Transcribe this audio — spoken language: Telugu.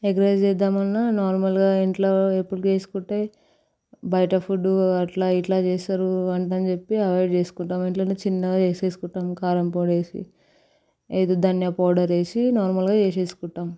ఎగ్ రైస్ చేద్దామన్న నార్మల్గా ఇంట్లో చేసుకుంటే బయట ఫుడ్డు అట్లా ఇట్లా చేస్తారు అని చెప్పి అవాయిడ్ చేసుకుంటాం ఇంట్లోనే చిన్నగా చేసేసుకుంటాం కారంపొడి వేసి ధన్య పౌడర్ వేసి నార్మల్గా చేసేసుకుంటాం